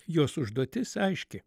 jos užduotis aiški